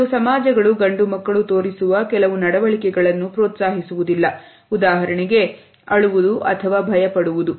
ಕೆಲವು ಸಮಾಜಗಳು ಗಂಡುಮಕ್ಕಳು ತೋರಿಸುವ ಕೆಲವು ನಡವಳಿಕೆಗಳನ್ನು ಪ್ರೋತ್ಸಾಹಿಸುವುದಿಲ್ಲ ಉದಾಹರಣೆಗೆ ಅಳುವುದು ಅಥವಾ ಭಯಪಡುವುದು